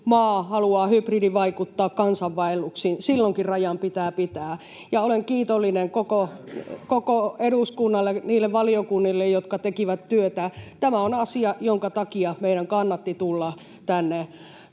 maa haluaa hybridivaikuttaa kansainvaelluksin, silloinkin rajan pitää pitää. Olen kiitollinen koko eduskunnalle, niille valiokunnille, jotka tekivät työtä. Tämä on asia, jonka takia meidän kannatti tulla tänne